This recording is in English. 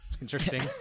Interesting